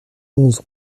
onze